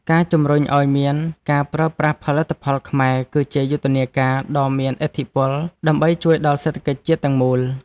ការជំរុញឱ្យមានការប្រើប្រាស់ផលិតផលខ្មែរ គឺជាយុទ្ធនាការដ៏មានឥទ្ធិពលដើម្បីជួយដល់សេដ្ឋកិច្ចជាតិទាំងមូល។